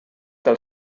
del